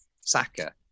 Saka